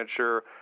sure